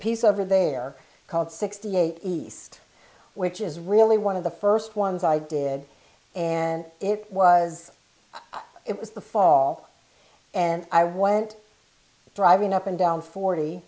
piece of or there called sixty eight east which is really one of the first ones i did and it was it was the fall and i went driving up and down forty